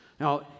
now